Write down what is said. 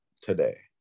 today